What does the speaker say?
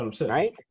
right